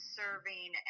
serving